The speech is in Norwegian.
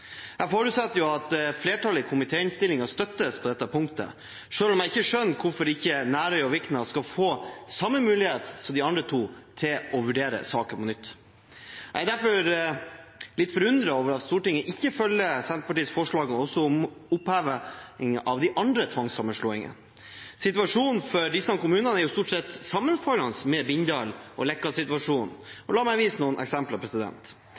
Jeg forutsetter at flertallet i komiteinnstillingen støttes på dette punktet, selv om jeg ikke skjønner hvorfor Nærøy og Vikna ikke skal få samme mulighet som de andre to til å vurdere saken på nytt. Jeg er derfor litt forundret over at Stortinget ikke følger Senterpartiets forslag om oppheving også av de andre tvangssammenslåingene. Situasjonen for disse kommunene er stort sett sammenfallende med situasjonen for Bindal og Leka, og la meg vise noen eksempler